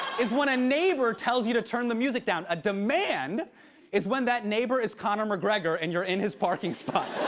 is when a neighbor tells you to turn the music down. a demand is when that neighbor is conor mcgregor and you're in his parking spot.